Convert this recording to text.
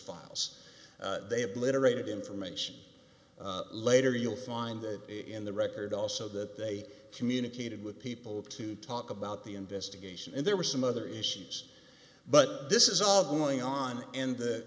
files they obliterated information later you'll find that in the record also that they communicated with people to talk about the investigation and there were some other issues but this is all going on and the